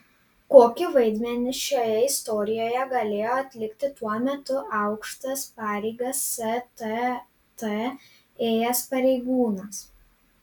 kokį vaidmenį šioje istorijoje galėjo atlikti tuo metu aukštas pareigas stt ėjęs pareigūnas